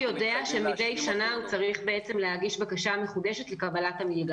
הוא יודע שמידי שנה הוא צריך להגיש בקשה מחודשת לקבלת המלגה,